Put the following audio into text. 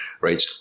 right